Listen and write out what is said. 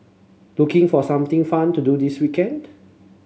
looking for something fun to do this weekend